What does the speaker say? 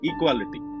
Equality